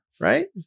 right